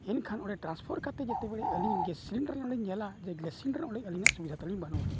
ᱮᱱᱠᱷᱟᱱ ᱚᱸᱰᱮ ᱴᱨᱟᱱᱯᱷᱟᱨ ᱠᱟᱛᱮᱫ ᱡᱮᱛᱮ ᱵᱮᱲᱮ ᱟᱹᱞᱤᱧ ᱜᱮᱥ ᱥᱤᱞᱤᱱᱰᱟᱨ ᱦᱚᱸᱞᱤᱧ ᱧᱮᱞᱟ ᱡᱮ ᱜᱮᱥ ᱥᱤᱞᱤᱱᱰᱟᱨ ᱚᱸᱰᱮ ᱟᱹᱞᱤᱧᱟᱜ ᱥᱩᱵᱤᱫᱷᱟ ᱛᱟᱹᱞᱤᱧ ᱵᱟᱹᱱᱩᱜᱼᱟᱹᱱᱤᱡ